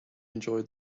enjoy